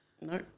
No